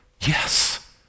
yes